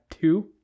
two